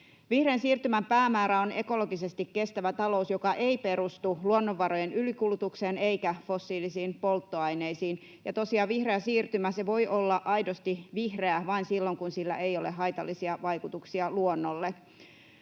Vihreän siirtymän päämäärä on ekologisesti kestävä talous, joka ei perustu luonnonvarojen ylikulutukseen eikä fossiilisiin polttoaineisiin. Ja tosiaan vihreä siirtymä voi olla aidosti vihreä vain silloin, kun sillä ei ole haitallisia vaikutuksia luonnolle.